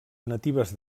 natives